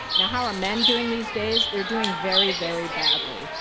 now, how are men doing these days? they're doing very, very badly.